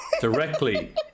directly